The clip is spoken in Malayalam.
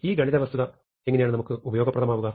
ഈ ഗണിതവസ്തുത എങ്ങനെയാണ് നമുക്ക് ഉപയോഗപ്രദമാവുക